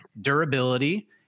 durability